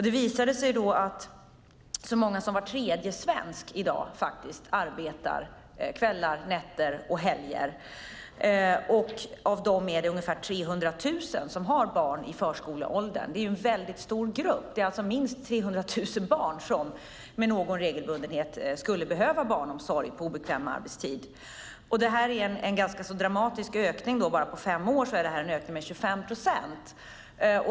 Det visade sig då att så många som var tredje svensk i dag arbetar kvällar, nätter och helger. Av dem är det ungefär 300 000 som har barn i förskoleåldern. Det är en väldigt stor grupp. Det är alltså minst 300 000 barn som med någon regelbundenhet skulle behöva barnomsorg på obekväm arbetstid. Det är en ganska dramatisk ökning. Bara på fem år är det en ökning med 25 procent.